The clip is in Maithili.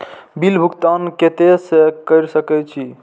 बिल भुगतान केते से कर सके छी?